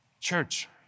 Church